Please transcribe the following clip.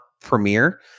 premiere